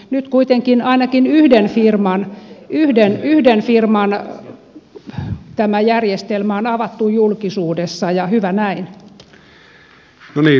nyt kuitenkin ainakin yhden firman tämä järjestelmä on avattu julkisuudessa ja hyvä näin